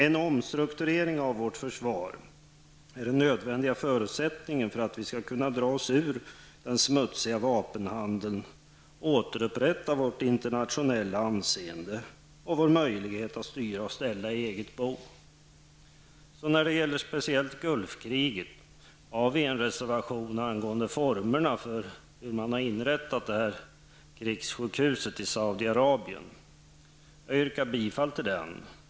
En omstrukturering av vårt försvar är den nödvändiga förutsättningen för att vi skall kunna ta oss ur den smutsiga vapenhandeln och återupprätta vårt internationella anseende och få möjligheter att styra och ställa i vårt eget bo. I reservation 4 har vi tagit upp frågan om formerna för inrättandet av krigssjukhuset i Saudi-Arabien. Jag yrkar bifall till den reservationen.